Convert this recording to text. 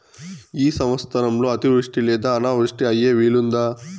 ఈ సంవత్సరంలో అతివృష్టి లేదా అనావృష్టి అయ్యే వీలుందా?